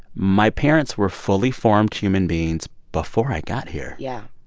my parents were fully formed human beings before i got here yeah.